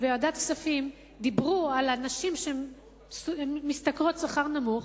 בוועדת כספים דיברו על הנשים שמשתכרות שכר נמוך,